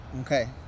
okay